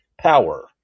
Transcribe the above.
power